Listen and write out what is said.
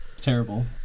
terrible